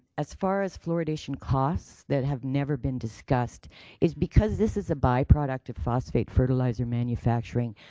as far as fluoridation costs that have never been discussed is because this is a bi-products of fros fate fertilizer manufacturing.